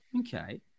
Okay